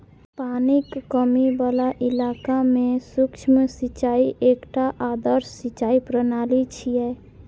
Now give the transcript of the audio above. पानिक कमी बला इलाका मे सूक्ष्म सिंचाई एकटा आदर्श सिंचाइ प्रणाली छियै